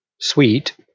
sweet